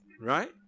right